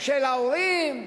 של ההורים,